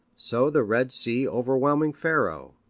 so the red sea overwhelming pharaoh,